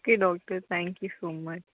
okay doctor thank you so much